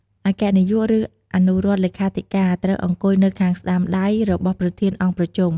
អគ្គនាយក ឬអនុរដ្ឋលេខាធិការ ត្រូវអង្គុយនៅខាងស្តាំដៃរបស់ប្រធានអង្គប្រជុំ។